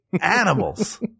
Animals